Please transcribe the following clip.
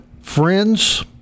friends